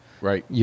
Right